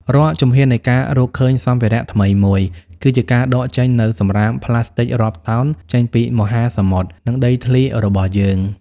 រាល់ជំហាននៃការរកឃើញសម្ភារៈថ្មីមួយ គឺជាការដកចេញនូវសម្រាមប្លាស្ទិករាប់តោនចេញពីមហាសមុទ្រ និងដីធ្លីរបស់យើង។